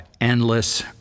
endless